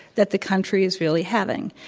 that the country's really having.